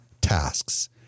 tasks